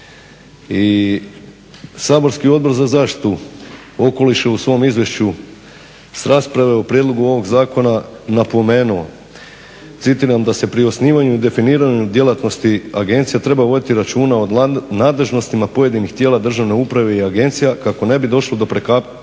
I saborski Odbor za zaštitu okoliša je u svom izvješću s rasprave o prijedlogu ovog zakona napomenuo, citiram, "da se pri osnivanju i definiranju djelatnosti agencija treba voditi računa o nadležnostima pojedinih tijela državne uprave i agencija kako ne bi došlo do preklapanja